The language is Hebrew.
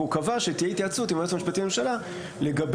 והוא קבע שתהיה התייעצות עם היועץ המשפטי לממשלה בגלל